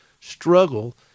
struggle